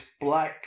black